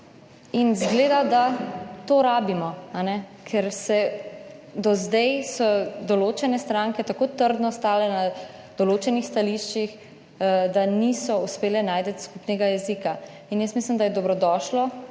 In izgleda, da to rabimo, Ker do zdaj so določene stranke tako trdno stale na določenih stališčih, da niso uspele najti skupnega jezika in jaz mislim, da je dobrodošlo,